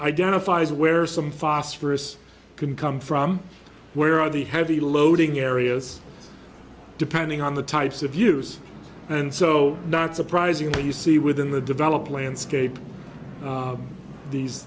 identifies where some phosphorus can come from where are the heavy loading areas depending on the types of use and so not surprisingly you see within the developed landscape these